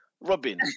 Robin